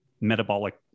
metabolic